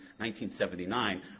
1979